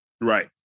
Right